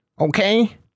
Okay